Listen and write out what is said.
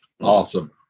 awesome